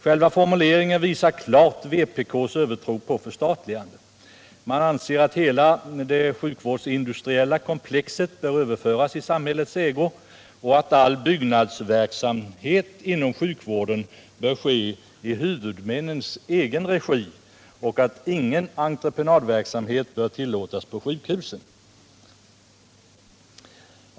Själva formuleringen visar klart vpk:s övertro på förstatligande. Man anser att hela det sjukvårdsindustriella komplexet bör överföras i samhällets ägo, och att all byggnadsverksamhet inom sjukvården bör ske i huvudmännens egen regi och att ingen entreprenadverksamhet bör tilllåtas av sjukhusen.